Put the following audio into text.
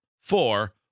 Four